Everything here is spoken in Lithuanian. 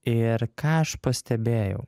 ir ką aš pastebėjau